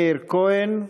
מאיר כהן,